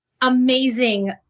amazing